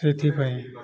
ସେଥିପାଇଁ